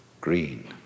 green